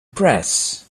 press